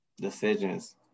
decisions